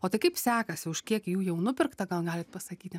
o tai kaip sekasi už kiek jų jau nupirkta gal galit pasakyti